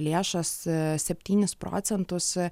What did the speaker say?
lėšas septynis procentus